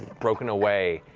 broken away,